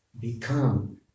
become